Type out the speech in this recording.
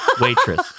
Waitress